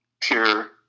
pure